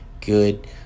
good